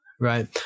Right